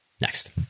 Next